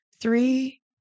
three